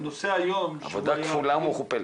עבודה כפולה ומכופלת.